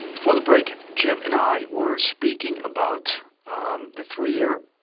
before the break, jim and i were speaking about the three year,